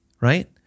right